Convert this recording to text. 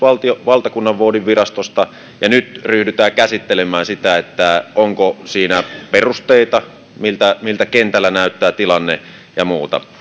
valtakunnanvoudinvirastolta ja nyt ryhdytään käsittelemään sitä onko siinä perusteita ja miltä kentällä näyttää tilanne ja muuta